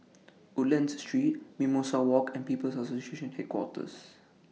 Woodlands Street Mimosa Walk and People's Association Headquarters